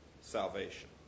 salvation